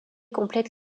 complète